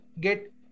get